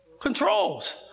controls